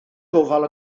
gofal